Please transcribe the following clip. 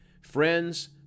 Friends